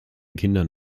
kindern